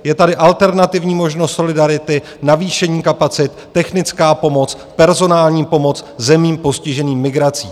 Je tady alternativní možnost solidarity, navýšení kapacit, technická pomoc, personální pomoc zemím postiženým migrací.